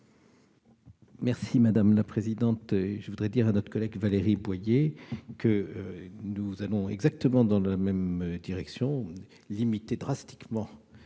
l'avis de la commission ? Je voudrais dire à notre collègue Valérie Boyer que nous allons exactement dans la même direction : limiter drastiquement